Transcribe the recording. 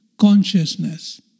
consciousness